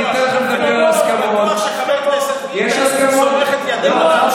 אני בטוח שחבר הכנסת ביטן סומך את ידיו על,